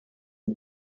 and